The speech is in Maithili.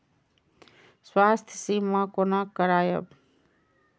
स्वास्थ्य सीमा कोना करायब?